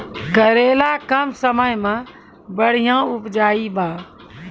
करेला कम समय मे बढ़िया उपजाई बा?